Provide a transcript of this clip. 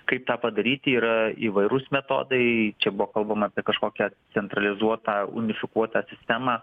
kaip tą padaryti yra įvairūs metodai čia buvo kalbama apie kažkokią centralizuotą unifikuotą sistemą